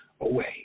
away